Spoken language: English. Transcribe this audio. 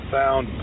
found